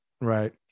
Right